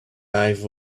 eye